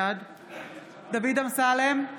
בעד דוד אמסלם,